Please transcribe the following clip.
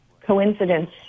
coincidence